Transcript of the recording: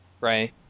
Right